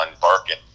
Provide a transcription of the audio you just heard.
barking